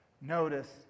Notice